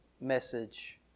message